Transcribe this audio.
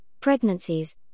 pregnancies